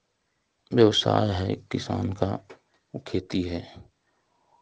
व्यवसाय है किसान का वो खेती है